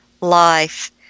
life